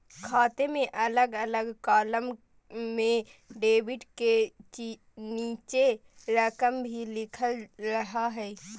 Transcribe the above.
खाते में अलग अलग कालम में डेबिट के नीचे रकम भी लिखल रहा हइ